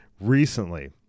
recently